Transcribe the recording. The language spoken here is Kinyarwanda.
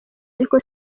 ariko